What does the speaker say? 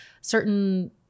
certain